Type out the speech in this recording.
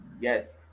yes